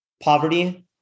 poverty